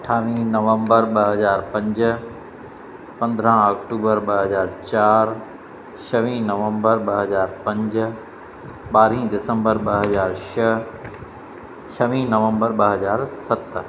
अठावीह नवंबर ॿ हज़ार पंज पंद्रहं अक्टूबर ॿ हज़ार चारि छावीह नवंबर ॿ हज़ार पंज ॿारहीं दिसंबर ॿ हज़ार छह छवीह नवंबर ॿ हज़ार सत